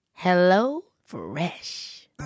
HelloFresh